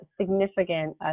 significant